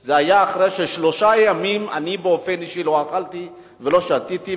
זה היה אחרי ששלושה ימים אני באופן אישי לא אכלתי ולא שתיתי,